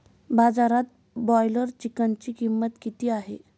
बाजारात ब्रॉयलर चिकनची किंमत किती आहे?